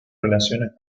relaciones